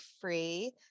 free